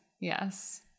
yes